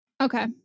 Okay